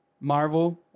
Marvel